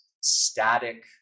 static